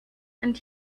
and